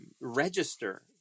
register